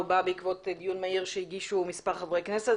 בא בעקבות דיון מהיר שהגישו מספר חברי כנסת,